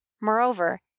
moreover